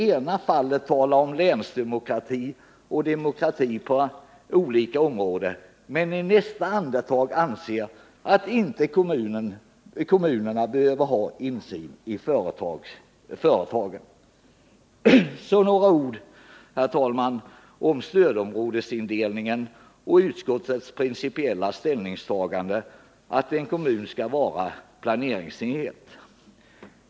De talar om länsdemokrati och demokrati på olika områden, men i nästa andetag säger de att kommunerna inte behöver ha insyn i företagen. Så några ord, herr talman, om stödområdesindelningen och utskottets principiella ställningstagande, att en kommun skall vara en planeringsenhet.